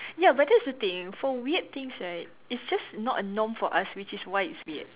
ya but that's the thing for weird things right it's just not a norm for us which is why it's weird